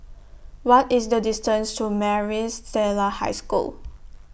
What IS The distance to Maris Stella High School